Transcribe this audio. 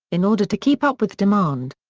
in order to keep up with demand.